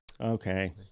Okay